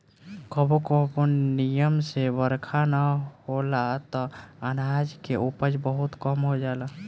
कबो कबो निमन से बरखा ना होला त अनाज के उपज बहुते कम हो जाला